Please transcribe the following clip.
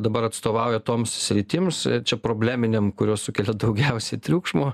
dabar atstovauja toms sritims čia probleminiam kurios sukelia daugiausiai triukšmo